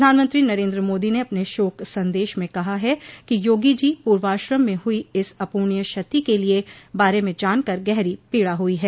प्रधानमंत्री नरेन्द्र मोदी ने अपने शोक सन्देश में कहा है कि योगी जी पूर्वाश्रम में हुई इस अपूर्णनीय क्षति के बारे में जानकर गहरी पीड़ा हुई है